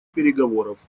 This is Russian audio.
переговоров